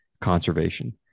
conservation